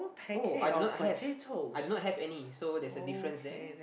oh I do not have I do not have any so there's a difference there